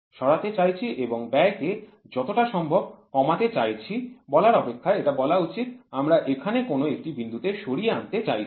সরাতে চাইছি এবং ব্যয় কে যতটা সম্ভব কমাতে চাইছি বলার অপেক্ষায় এটা বলা উচিত আমরা এখানে কোন একটি বিন্দুতে সরিয়ে আনতে চাইছি